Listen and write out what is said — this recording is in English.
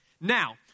Now